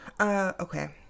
Okay